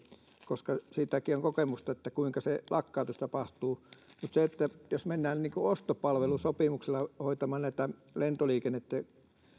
koska siitäkin on kokemusta kuinka se lakkautus tapahtuu mutta jos mennään ostopalvelusopimuksella hoitamaan lentoliikennettä